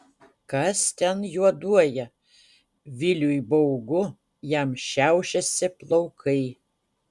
kas ten juoduoja viliui baugu jam šiaušiasi plaukai